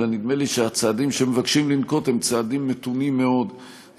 אלא נדמה לי שהצעדים שמבקשים לנקוט הם צעדים מתונים מאוד,